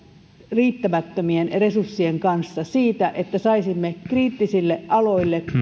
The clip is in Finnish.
riittämättömien resurssien kanssa siitä että saisimme kriittisille aloille